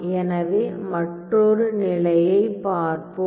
எனவே மற்றொரு நிலையைப் பார்ப்போம்